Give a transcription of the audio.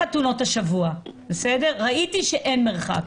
השבוע, ראיתי שאין מרחק